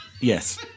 Yes